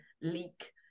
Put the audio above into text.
leak